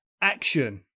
action